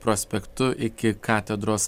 prospektu iki katedros